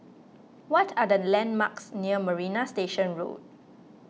what are the landmarks near Marina Station Road